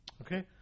Okay